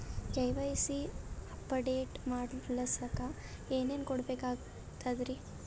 KYC update ಮಾಡಸ್ಲಕ ಏನೇನ ಕೊಡಬೇಕಾಗ್ತದ್ರಿ?